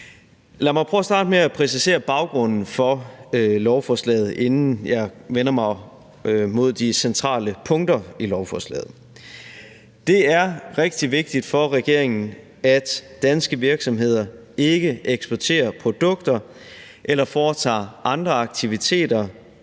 at starte med at præcisere baggrunden for lovforslaget, inden jeg vender mig mod de centrale punkter i lovforslaget. Det er rigtig vigtigt for regeringen, at danske virksomheder ikke eksporterer produkter eller foretager andre aktiviteter,